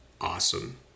awesome